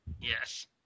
Yes